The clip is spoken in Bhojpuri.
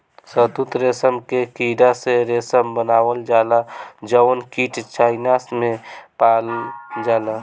शहतूत रेशम के कीड़ा से रेशम बनावल जाला जउन कीट चाइना में पालल जाला